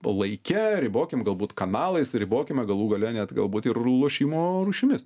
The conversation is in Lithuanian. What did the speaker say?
laike ribokim galbūt kanalais ribokime galų gale net galbūt ir lošimo rūšimis